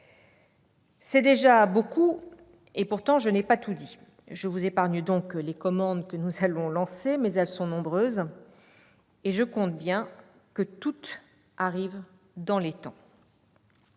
C'est déjà beaucoup et, pourtant, je n'ai pas tout dit ! Je vous épargne donc les commandes que nous allons lancer, mais elles sont nombreuses, et je compte bien que toutes arrivent dans les temps.